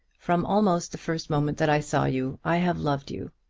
from almost the first moment that i saw you i have loved you.